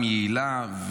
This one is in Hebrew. שהיא גם טובה, גם יעילה.